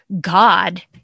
God